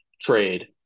trade